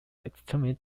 determined